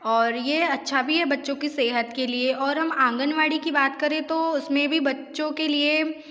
और ये अच्छा भी है बच्चों की सेहत के लिए और हम आंगनवाड़ी की बात करें तो उसमें भी बच्चों के लिए